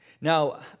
Now